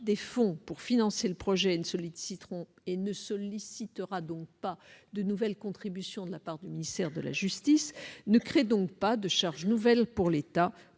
des fonds pour financer le projet et ne sollicitera donc pas de nouvelles contributions de la part du ministère de la justice, ne crée donc pas de charge nouvelle pour l'État,